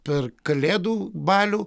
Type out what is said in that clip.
per kalėdų balių